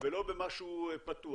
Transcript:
ולא במשהו פתוח.